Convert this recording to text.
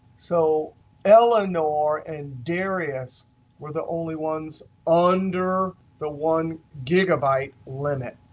so eleanor and darius were the only ones under the one gigabyte limit.